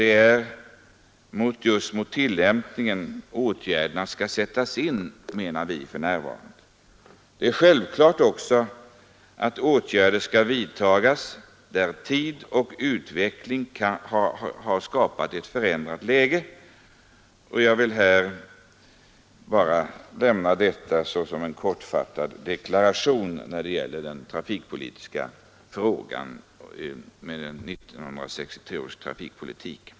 Det är just mot tillämpningen åtgärderna skall sättas in, menar vi. Det är också självklart att åtgärder skall vidtagas där utvecklingen har skapat ett förändrat läge. Jag vill bara nämna detta som en kortfattad deklaration när det gäller 1963 års trafikpolitik.